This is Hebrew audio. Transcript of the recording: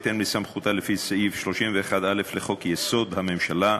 בהתאם לסמכותה לפי סעיף 31(א) לחוק-יסוד: הממשלה,